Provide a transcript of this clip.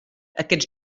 aquests